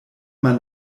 man